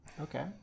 okay